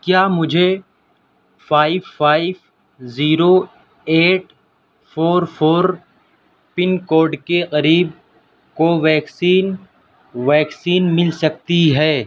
کیا مجھے five five zero eight four four pin code کے قریب کوویکسین ویکسین مل سکتی ہے